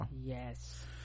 yes